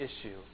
issue